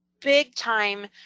big-time